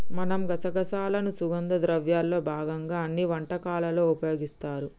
మనం గసగసాలను సుగంధ ద్రవ్యాల్లో భాగంగా అన్ని వంటకాలలో ఉపయోగిస్తారు